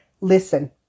listen